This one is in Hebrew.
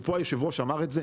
ופה היושב ראש אמר את זה,